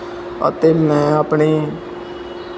ਅਤੇ ਮੈਂ ਆਪਣੀ